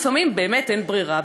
לפעמים באמת אין ברירה,